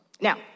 Now